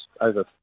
over